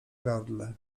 gardle